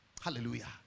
Hallelujah